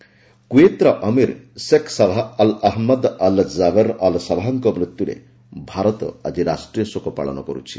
ରାଷ୍ଟ୍ରୀୟ ଶୋକ କୁଏତର Amir Sheikh Sabah Al Ahmad Al Jaber Al ସବାଃଙ୍କ ମୃତ୍ୟୁରେ ଭାରତ ଆଜି ରାଷ୍ଟ୍ରୀୟ ଶୋକ ପାଳନ କରୁଛି